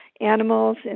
animals